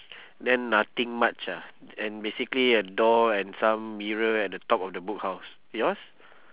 then nothing much ah and basically a door and some mirror at the top of the book house yours